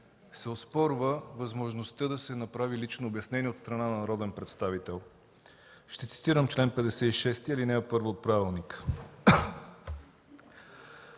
се оспорва възможността да се направи лично обяснение от страна на народен представител. Ще цитирам чл. 56, ал. 1 от правилника: